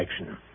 action